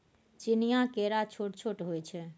चीनीया केरा छोट छोट होइ छै